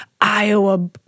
Iowa